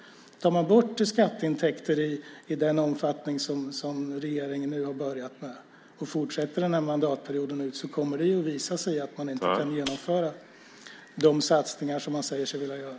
Om man tar bort skatteintäkter i den omfattning som regeringen nu har börjat med och fortsätter med det den här mandatperioden ut så kommer det att visa sig att man inte kan genomföra de satsningar som man säger sig vilja göra.